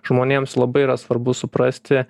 žmonėms labai yra svarbu suprasti